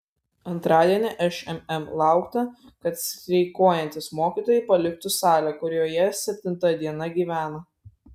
antradienį šmm laukta kad streikuojantys mokytojai paliktų salę kurioje septinta diena gyvena